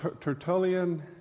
Tertullian